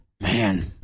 Man